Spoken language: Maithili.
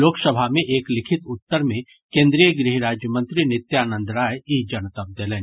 लोकसभा मे एक लिखित उत्तर मे केन्द्रीय गृह राज्य मंत्री नित्यानंद राय ई जनतब देलनि